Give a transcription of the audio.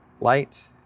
Light